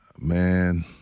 Man